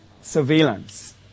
surveillance